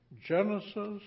Genesis